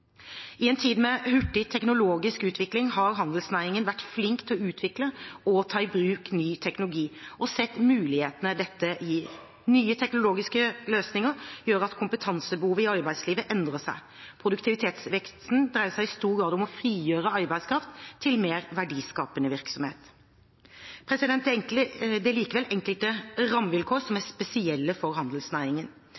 I en tid med hurtig teknologisk utvikling har handelsnæringen vært flink til å utvikle og ta i bruk ny teknologi og har sett mulighetene dette gir. Nye teknologiske løsninger gjør at kompetansebehovet i arbeidslivet endrer seg. Produktivitetsveksten dreier seg i stor grad om å frigjøre arbeidskraft til mer verdiskapende virksomhet. Det er likevel enkelte rammevilkår som er